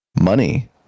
money